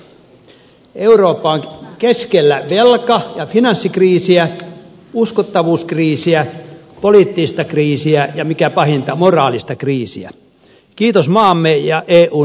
eurooppa on keskellä velka ja finanssikriisiä uskottavuuskriisiä poliittista kriisiä ja mikä pahinta moraalista kriisiä kiitos maamme ja eun päättäjien